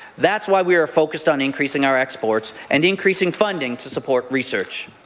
that's why we are focused on increasing our exports and increasing funding to support research.